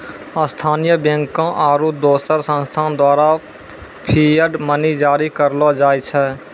स्थानीय बैंकों आरू दोसर संस्थान द्वारा फिएट मनी जारी करलो जाय छै